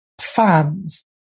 Fans